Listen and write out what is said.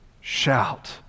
shout